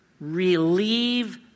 relieve